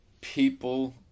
people